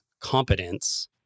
competence